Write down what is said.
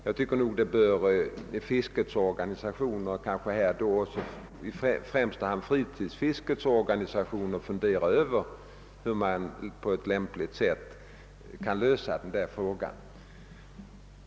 Jag tycker nog att fiskets organisationer, kanske i första hand fritidsfiskets organisationer, bör fundera över hur man på ett lämpligt sätt skall lösa det problemet.